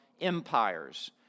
empires